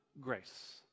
grace